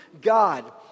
God